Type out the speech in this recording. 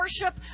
worship